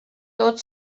tot